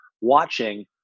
watching